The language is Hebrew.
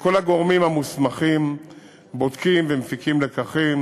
שכל הגורמים המוסמכים בודקים ומפיקים לקחים,